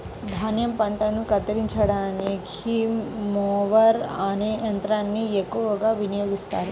ధాన్యం పంటలను కత్తిరించడానికి మొవర్ అనే యంత్రాన్ని ఎక్కువగా వినియోగిస్తారు